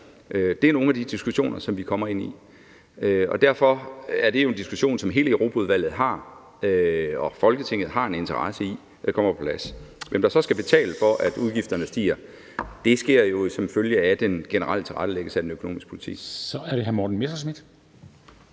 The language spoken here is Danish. Det er nogle af de diskussioner, som vi kommer ind i, og derfor er det jo en diskussion, som hele Europaudvalget og Folketinget har en interesse i kommer på plads. Hvem der så skal betale for, at udgifterne stiger, afgøres som følge af den generelle tilrettelæggelse af den økonomiske politik. Kl. 13:19 Formanden (Henrik